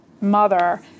mother